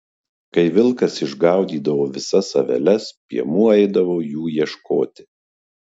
kai vilkas išgaudydavo visas aveles piemuo eidavo jų ieškoti